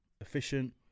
efficient